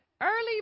early